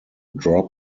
drop